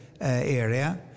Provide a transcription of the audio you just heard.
area